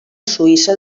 suïssa